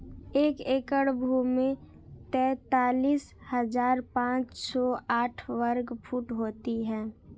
एक एकड़ भूमि तैंतालीस हज़ार पांच सौ साठ वर्ग फुट होती है